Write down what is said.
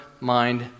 mind